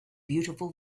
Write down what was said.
beautiful